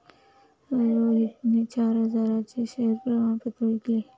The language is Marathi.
रोहितने चार हजारांचे शेअर प्रमाण पत्र विकले